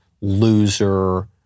loser